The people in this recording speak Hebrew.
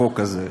בחוק הזה,